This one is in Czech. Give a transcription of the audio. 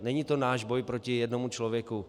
Není to náš boj proti jednomu člověku.